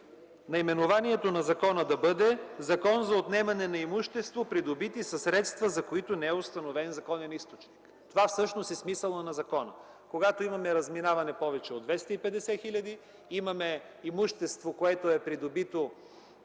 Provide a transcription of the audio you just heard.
наименованието на закона да бъде „Закон за отнемане на имущество, придобито със средства, за които не е установен законен източник”. Всъщност такъв е смисълът на закона – когато имаме разминаване с повече от 250 хил. лв., имаме имущество, за което